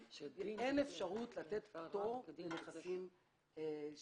יש אפשרות לקבל הנחה.